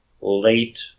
late